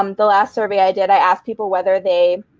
um the last survey i did, i asked people whether they